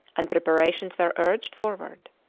and preparations were urged forward.